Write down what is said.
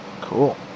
Cool